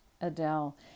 Adele